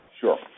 Sure